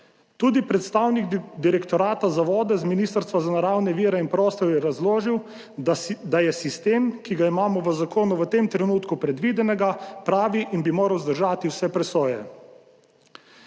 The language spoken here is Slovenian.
Tudi predstavnik Direktorata za vode z Ministrstva za naravne vire in prostor je razložil, da je sistem, ki ga imamo v zakonu v tem trenutku predvidenega, pravi in bi moral zdržati vse presoje.